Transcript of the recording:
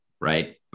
right